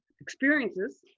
experiences